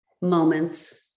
moments